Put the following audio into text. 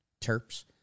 Terps